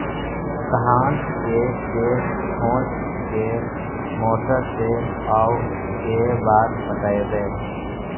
धान के के होंस के मोटर से औ के बार पटइबै?